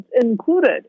included